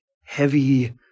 heavy